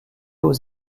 aux